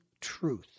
truth